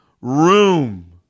room